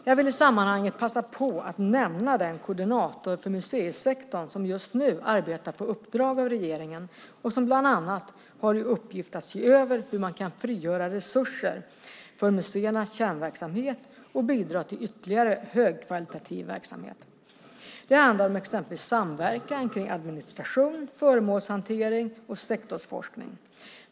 Jag vill i sammanhanget passa på att nämna den koordinator för museisektorn som just nu arbetar på uppdrag av regeringen, och som bland annat har i uppgift att se över hur man kan frigöra resurser för museernas kärnverksamhet och bidra till ytterligare högkvalitativ verksamhet. Det handlar om exempelvis samverkan kring administration, föremålshantering och sektorsforskning.